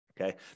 Okay